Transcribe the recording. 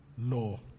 law